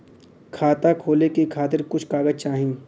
खाता खोले के खातिर कुछ कागज चाही?